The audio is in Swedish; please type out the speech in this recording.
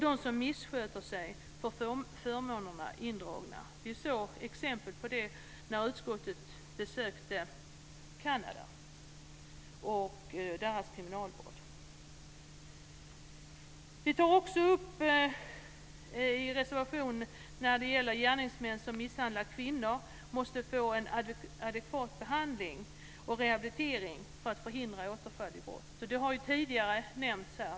De som missköter sig får förmånerna indragna. Vi såg exempel på detta när utskottet besökte kriminalvården i Kanada. I en reservation tar vi upp frågan om att gärningsmän som misshandlar kvinnor måste få en adekvat behandling och rehabilitering för att förhindra återfall i brott. Detta har tidigare nämnts här.